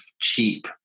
cheap